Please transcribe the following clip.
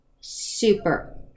super